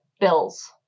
bills